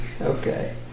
okay